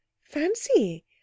Fancy